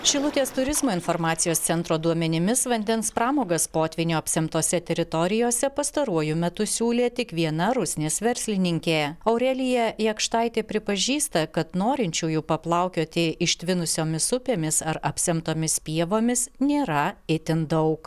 šilutės turizmo informacijos centro duomenimis vandens pramogas potvynio apsemtose teritorijose pastaruoju metu siūlė tik viena rusnės verslininkė aurelija jakštaitė pripažįsta kad norinčiųjų paplaukioti ištvinusiomis upėmis ar apsemtomis pievomis nėra itin daug